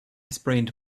sprained